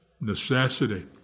necessity